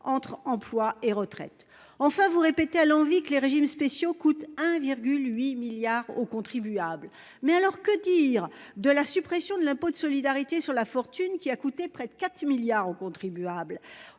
entre emploi et retraite. Enfin vous répéter à l'envi que les régimes spéciaux coûtent 1,8 milliards aux contribuables. Mais alors que dire de la suppression de l'impôt de solidarité sur la fortune qui a coûté près de 4 milliards aux contribuables